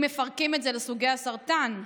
אם מפרקים את זה לסוגי הסרטן,